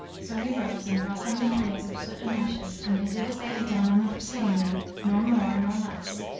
so he rose and brought them the trays of soot and ashes and they did as they had done on the preceding night, nor more, nor less.